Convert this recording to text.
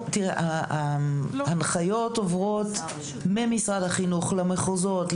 ההנחיות עוברות ממשרד החינוך למחוזות,